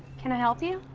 can i help you?